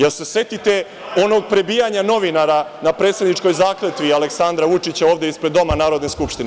Da li se sećate onog prebijanja novinara na predsedničkoj zakletvi, Aleksandra Vučića, ovde ispred Doma Narodne skupštine?